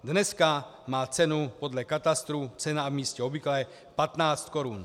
Dneska má cenu podle katastru, ceny a místa obvyklé, 15 korun.